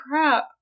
crap